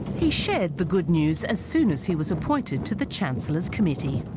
he shared the good news as soon as he was appointed to the chancellor's committee